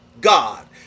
God